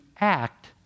act